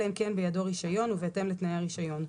אלא אם כן בידו רישיון ובהתאם לתנאי הרישיון.